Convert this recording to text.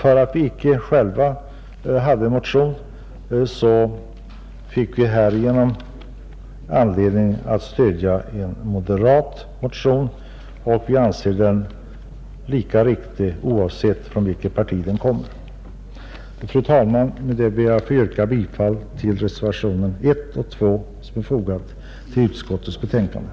Då vi inte själva hade en motion, fick vi härigenom anledning att stödja en moderat motion, och vi anser den lika riktig oavsett från vilket parti den kommer. Fru talman! Med detta ber jag att få yrka bifall till reservationerna 1 och 2 som är fogade till utskottsbetänkandet.